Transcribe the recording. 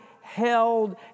held